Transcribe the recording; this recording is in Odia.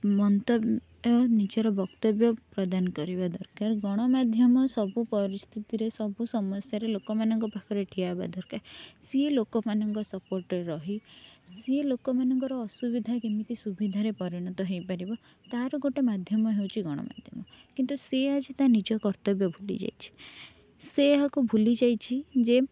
ମନ୍ତବ୍ୟ ନିଜର ବକ୍ତବ୍ୟ ପ୍ରଦାନ କରିବା ଦରକାର ଗଣମାଧ୍ୟମ ସବୁ ପରିସ୍ଥିତିରେ ସବୁ ସମସ୍ୟାରେ ଲୋକ ମାନଙ୍କ ପାଖରେ ଠିଆ ହେବା ଦରକାର ସିଏ ଲୋକ ମାନଙ୍କ ସପୋର୍ଟରେ ରହି ସିଏ ଲୋକ ମାନଙ୍କର ଅସୁବିଧା କେମିତି ସୁବିଧା ରେ ପରିଣତ ହେଇପାରିବ ତାର ଗୋଟେ ମାଧ୍ୟମ ହେଉଛି ଗଣମାଧ୍ୟମ କିନ୍ତୁ ସେ ଆଜି ତା ନିଜ କର୍ତ୍ତବ୍ୟ ଭୁଲିଯାଇଛି ସେ ଏହାକୁ ଭୁଲି ଯାଇଛି ଯେ